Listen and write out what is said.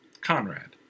Conrad